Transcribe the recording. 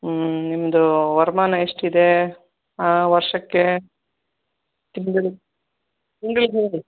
ಹ್ಞೂ ನಿಮ್ಮದು ವರಮಾನ ಎಷ್ಟಿದೆ ಹಾಂ ವರ್ಷಕ್ಕೆ ತಿಂಗ್ಳು ತಿಂಗ್ಳಿಗೆ ಹೇಳಿ